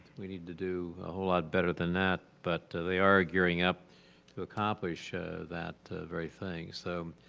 we need to do a whole lot better than that but they are gearing up to accomplish that very things. so